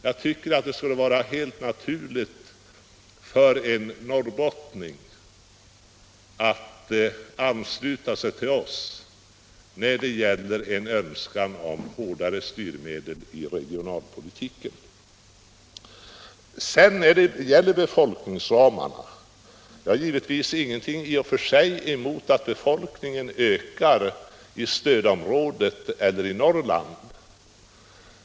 Jag tycker att det skulle vara helt naturligt för en norrbottning att ansluta sig till oss i en önskan om hårdare styrmedel i regionalpolitiken. När det gäller befolkningsramarna har jag givetvis ingenting emot att befolkningen ökar i stödområdet eller i Norrland.